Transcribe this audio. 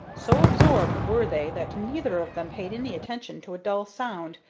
so absorbed were they that neither of them paid any attention to a dull sound,